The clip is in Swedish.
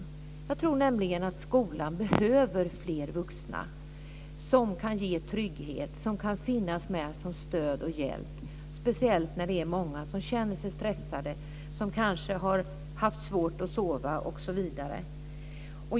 Jag tror nämligen att skolan behöver fler vuxna som kan ge trygghet, som kan finnas med som stöd och hjälp, speciellt när det är många som känner sig stressade och som kanske haft svårt att sova osv.